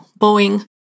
Boeing